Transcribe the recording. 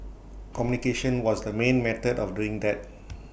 communication was the main method of doing that